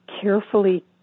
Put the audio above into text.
carefully